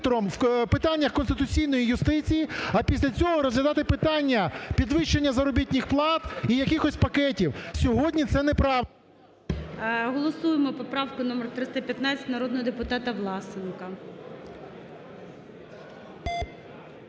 в питаннях конституційної юстиції, а після цього розглядати питання підвищення заробітних плат і якихось пакетів. Сьогодні це не… ГОЛОВУЮЧИЙ. Голосуємо поправку номер 315 народного депутата Власенка.